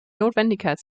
notwendigkeit